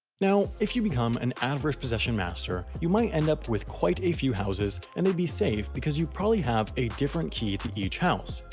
now, if you become an adverse possession master you might end up with quite a few houses and they'd be safe because you'd probably have a different key to each house.